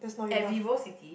at Vivo-City